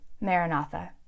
Maranatha